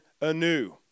anew